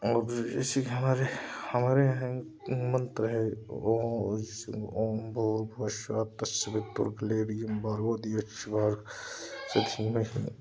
और एसी के हमारे हमारे एहैंग मंत्र है वो ॐ भूर्भुवः स्वः त सवितुःवरेण्यम भर्गः देवस्यः धीमहि